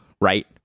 right